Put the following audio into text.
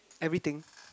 everything